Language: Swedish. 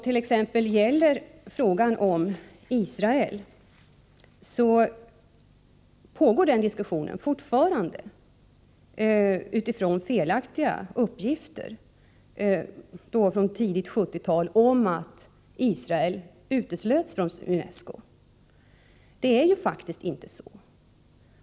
När det gäller frågan om Israel vill jag säga att den diskussionen fortfarande pågår — med utgångspunkt i felaktiga uppgifter från tidigt 1970-tal om att Israel uteslöts från UNESCO. Det är faktiskt inte så.